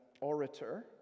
orator